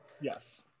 Yes